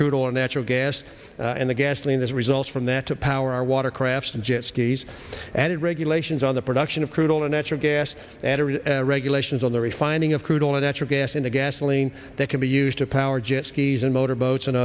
crude oil natural gas and the gasoline as a result from that to power our water crafts and jet skis and regulations on the production of crude oil or natural gas regulations on the refining of crude oil a natural gas into gasoline that can be used to power jet skis and motorboats and